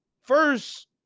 first